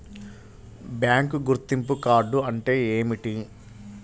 Bank గుర్తింపు card అంటే ఏమిటి?